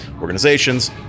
organizations